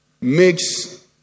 makes